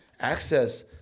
access